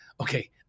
okay